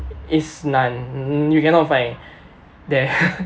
is none you cannot find there